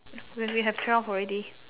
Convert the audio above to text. we we have twelve already